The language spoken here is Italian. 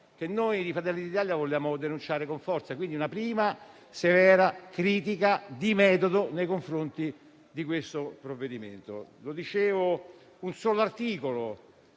che noi di Fratelli d'Italia vogliamo denunciare con forza. La prima, quindi, è una severa critica di metodo nei confronti di questo provvedimento. Come dicevo, un solo articolo